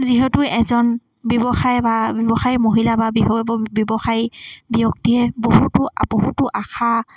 যিহেতু এজন ব্যৱসায় বা ব্যৱসায় মহিলা বা ব্যৱসায়ী ব্যক্তিয়ে বহুতো বহুতো আশা